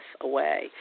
away